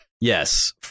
Yes